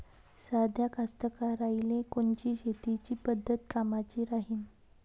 साध्या कास्तकाराइले कोनची शेतीची पद्धत कामाची राहीन?